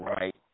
right